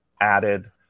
added